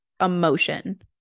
emotion